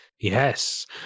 Yes